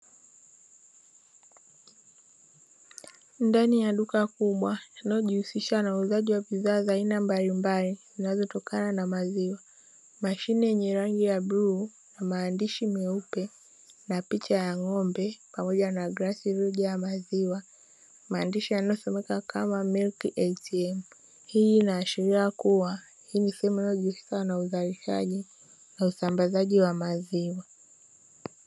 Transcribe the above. Ndani ya duka kubwa linalojihusisha na uuzaji wa bidhaa za aina mbalimbali zinazotokana na maziwa, mashine yenye rangi ya bluu na maadishi meupe na picha ya ngombe pamoja na glasi iliyojaa maziwa, maandishi yanayosomeka kama "MILK ATM". Hii inaashiria kuwa hii ni sehemu inayohusika na uuzaji na usambazaji wa maziwa.